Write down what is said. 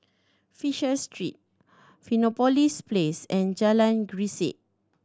Fisher Street Fusionopolis Place and Jalan Grisek